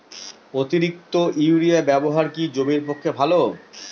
অতিরিক্ত ইউরিয়া ব্যবহার কি জমির পক্ষে ভালো?